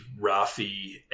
Rafi